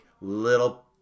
little